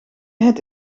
het